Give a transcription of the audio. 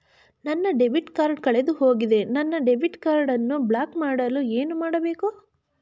ನನ್ನ debit card ಕಳೆದುಹೋಗಿದೆ ನನ್ನ ಡೆಬಿಟ್ ಕಾರ್ಡ್ ಅನ್ನು ಬ್ಲಾಕ್ ಮಾಡಲು ಏನು ಮಾಡಬೇಕು?